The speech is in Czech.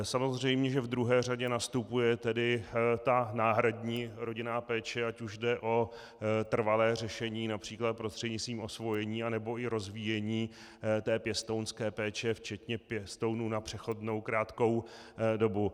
Samozřejmě že v druhé řadě nastupuje ta náhradní rodinná péče, ať už jde o trvalé řešení, např. prostřednictvím osvojení, nebo i rozvíjení té pěstounské péče včetně pěstounů na přechodnou krátkou dobu.